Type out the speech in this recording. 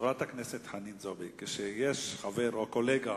חברת הכנסת חנין זועבי, כשחבר או קולגה